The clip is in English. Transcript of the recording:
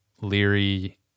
Leary